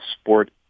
sport